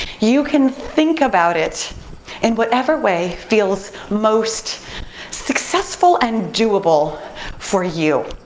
you can think about it in whatever way feels most successful and doable for you.